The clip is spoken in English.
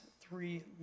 three